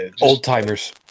Old-timers